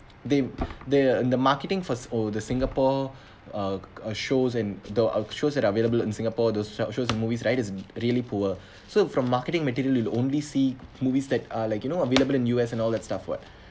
they they the marketing for s~ or the singapore uh uh shows in the shows that are available in singapore the shows and movies right is really poor so from marketing material you will only see movies that are like you know available in U_S and all that stuff what